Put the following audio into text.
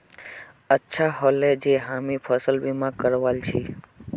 अच्छा ह ले जे हामी फसल बीमा करवाल छि